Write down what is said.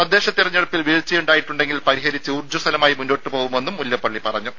തദ്ദേശതെരഞ്ഞെടുപ്പിൽ വീഴ്ചയുണ്ടായിട്ടുണ്ടെങ്കിൽ പരിഹരിച്ച് ഊർജ്ജസ്വലമായി മുന്നോട്ട് പോവുമെന്നും മുല്ലപ്പള്ളി പറഞ്ഞു